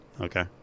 Okay